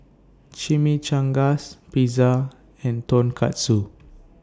Chimichangas Pizza and Tonkatsu